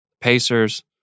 Pacers